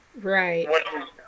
Right